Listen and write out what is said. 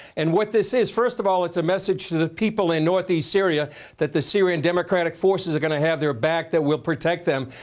and what this is, first of all, it's a message to the people in northeast syria that the syrian democratic forces are going to have their back that will protect them,